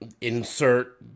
insert